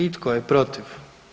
I tko je protiv?